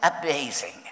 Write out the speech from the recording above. amazing